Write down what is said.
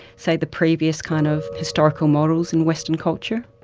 say, the previous kind of historical models in western culture.